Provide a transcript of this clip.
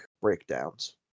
breakdowns